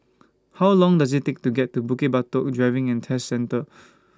How Long Does IT Take to get to Bukit Batok Driving and Test Centre